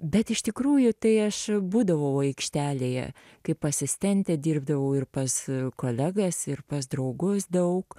bet iš tikrųjų tai aš būdavau aikštelėje kaip asistentė dirbdavau ir pas kolegas ir pas draugus daug